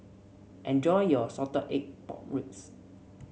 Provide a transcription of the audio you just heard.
enjoy your Salted Egg Pork Ribs